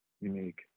unique